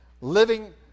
living